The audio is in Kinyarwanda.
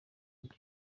bye